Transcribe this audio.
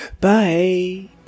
Bye